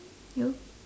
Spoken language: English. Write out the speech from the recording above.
you